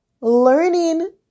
learning